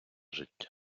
життя